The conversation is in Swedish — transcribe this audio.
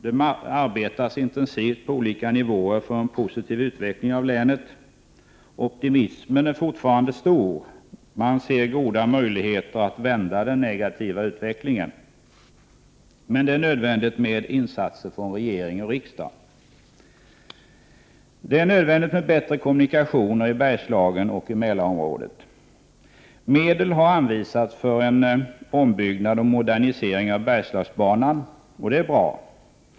Det arbetas intensivt på olika nivåer för en positiv utveckling av länet. Optimismen är fortfarande stor, och man ser goda möjligheter att vända den negativa utvecklingen. Men det är nödvändigt med insatser från regering och riksdag. Det är nödvändigt med bättre kommunikationer i Bergslagen och i Mälarområdet. Medel har anvisats för en ombyggnad och modernisering av Bergslagsbanan. Det är bra.